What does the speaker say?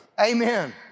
Amen